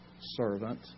servant